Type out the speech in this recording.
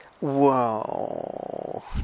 whoa